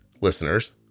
listeners